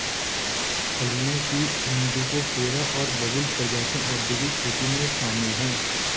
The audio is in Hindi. फलियों की इंडिगोफेरा और बबूल प्रजातियां औद्योगिक खेती में शामिल हैं